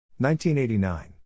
1989